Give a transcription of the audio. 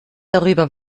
darüber